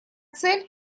цель